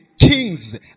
Kings